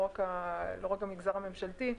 לא רק המגזר הממשלתי,